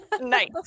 nice